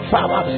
Father